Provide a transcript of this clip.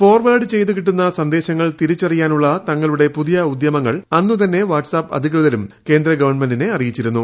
forward ചെയ്തു കിട്ടുന്ന സന്ദേശങ്ങൾ തിരിച്ചറിയാനുള്ള തങ്ങ ളുടെ പുതിയ ഉദ്യമങ്ങൾ അന്നുതന്നെ വാട്ട്സാപ്പ് അധികൃതരും കേന്ദ്ര ഗവൺമെന്റിനെ അറിയിച്ചിരുന്നു